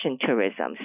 tourism